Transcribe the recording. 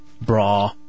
bra